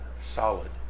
solid